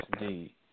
indeed